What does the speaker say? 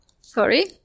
sorry